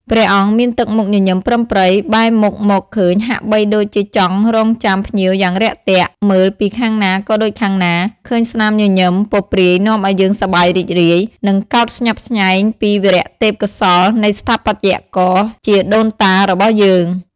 ព្រះអង្គមានទឹកមុខញញឹមប្រឹមប្រិយ បែរមុខមកឃើញហាក់បីដូចជាចង់រង់ចាំភ្ញៀវយ៉ាងរាក់ទាក់ មើលពីខាងណាក៏ដូចខាងណា ឃើញស្នាមញញឹម ពព្រាយនាំឱ្យយើងសប្បាយរីករាយ និងកោតស្ញប់ស្ញែងពីវីរទេពកោសល្យនៃស្ថាបត្យករជាដូនតារបស់យើង។